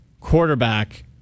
Quarterback